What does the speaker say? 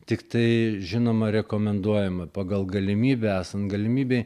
tiktai žinoma rekomenduojama pagal galimybę esant galimybei